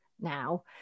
now